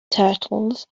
turtles